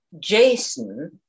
Jason